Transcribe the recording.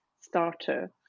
starter